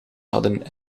hadden